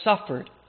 suffered